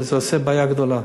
זה עושה בעיה גדולה.